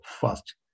first